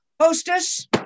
Hostess